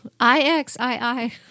IXII